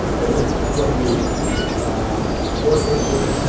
it's it's what we are working towards,